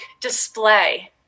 display